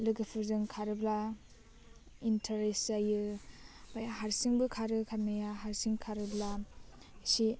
लोगोफोरजों खारोब्ला इनथारेस जायो फाय हारसिंबो खारो खारनाया हारसिं खारोब्ला एसे